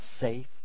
safe